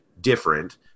different